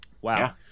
wow